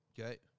okay